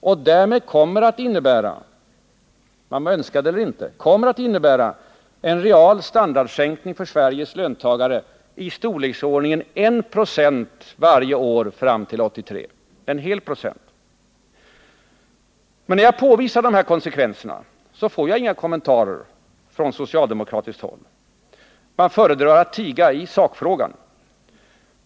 Dess förslag kommer att innebära — man må önska det eller inte — en realstandardsänkning för Sveriges löntagare i storleksordningen 1 96 varje år fram till 1983. Men när jag påvisar dessa konsekvenser, får jag inga kommentarer från socialdemokratiskt håll. Man föredrar att tiga i sakfrågan.